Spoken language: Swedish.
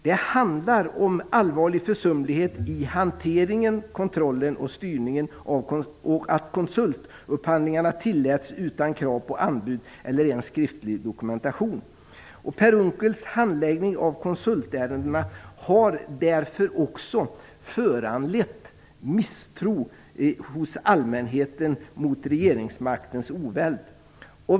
Det handlar om allvarlig försumlighet i hanteringen, kontrollen och styrningen och om att konsultupphandlingarna tilläts utan krav på anbud eller ens skriftlig dokumentation. Per Unckels handläggning av konsultärendena har därför också föranlett misstro hos allmänheten mot regeringsmaktens oväld.